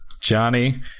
Johnny